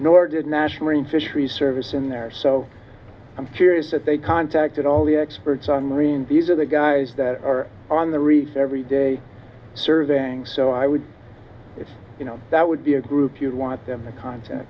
nor did national marine fisheries service in there so i'm curious if they contacted all the experts on marine these are the guys that are on the reef every day surveying so i would if you know that would be a group you'd want them to cont